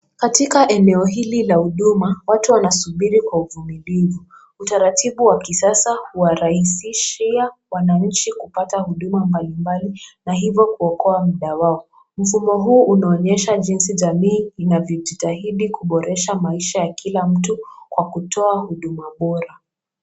Katika eneo hili la huduma, watu wanasubiri kwa uvumilivu. Utaratibu wa kisasa huwarahisishia wananchi kupata huduma mbalimbali na hivyo kuokoa muda wao. Mfumo huu unaonyesha jinsi jamii inavyojitahidi kuboresha maisha ya kila mtu kwa kutoa huduma bora.